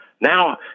Now